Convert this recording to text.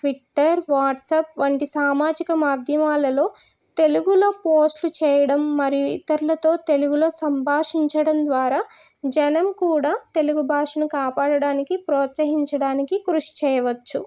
Twitter WhatsApp వంటి సామాజిక మాధ్యమాలలో తెలుగులో పోస్ట్లు చేయడం మరియు ఇతరులతో తెలుగులో సంభాషించడం ద్వారా జనం కూడా తెలుగు భాషను కాపాడడానికి ప్రోత్సహించడానికి కృషి చేయవచ్చు